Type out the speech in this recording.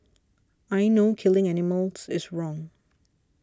I know killing animals is wrong